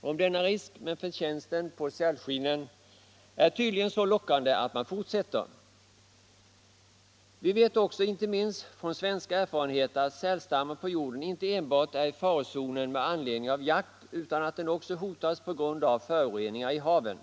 om denna risk, men förtjänsten på sälskinnen är tydligen så lockande att man ändå fortsätter. Vi vet också, inte minst från svenska erfarenheter, att sälstammen på jorden är i farozonen inte enbart på grund av jakt utan att den också hotas av föroreningar i haven.